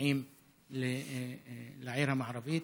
שמגיעים לעיר המערבית.